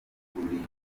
kuringaniza